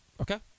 Okay